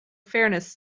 fairness